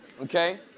okay